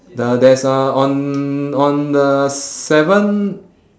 the there's a on on the seven